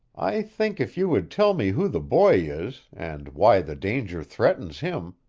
i think if you would tell me who the boy is, and why the danger threatens him,